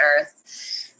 earth